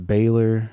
Baylor